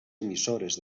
emissores